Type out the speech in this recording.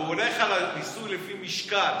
הוא הולך על מיסוי לפי משקל.